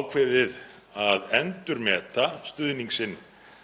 ákveðið að endurmeta stuðning sinn